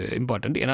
important